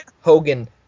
Hogan